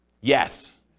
Yes